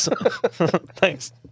Thanks